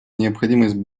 необходимость